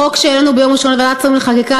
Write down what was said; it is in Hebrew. החוק שהעלינו ביום ראשון לוועדת השרים לחקיקה,